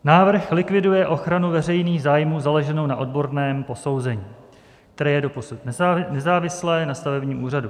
Návrh likviduje ochranu veřejných zájmů založenou na odborném posouzení, které je doposud nezávislé na stavebním úřadu.